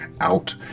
out